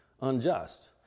unjust